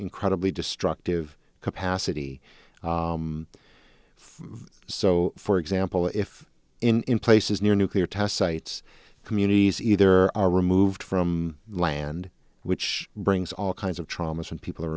incredibly destructive capacity so for example if in places near a nuclear test sites communities either are removed from land which brings all kinds of traumas and people are